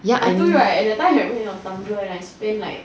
ya I know right that time I used Tumblr I spent like